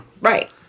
right